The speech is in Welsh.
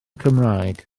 cymraeg